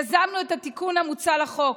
יזמנו את התיקון המוצע לחוק,